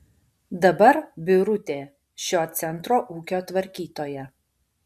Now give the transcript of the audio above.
dabar birutė šio centro ūkio tvarkytoja